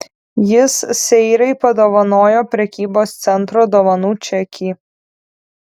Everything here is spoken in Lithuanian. jis seirai padovanojo prekybos centro dovanų čekį